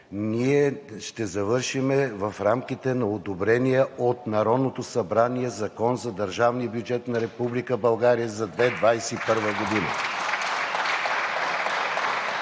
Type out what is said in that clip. ние ще завършим в рамките на одобрения от Народното събрание Закон за държавния бюджет на Република България за 2021 г.